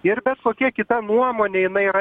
ir bet kokia kita nuomonė jinai yra